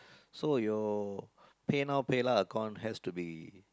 so your PayNow PayLah account has to be